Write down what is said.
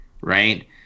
right